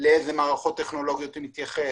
לאיזה מערכות טכנולוגיות הוא מתייחס?